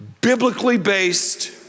biblically-based